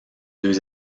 deux